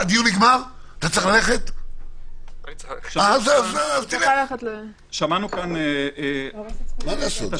שמענו פה את